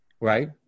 right